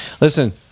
Listen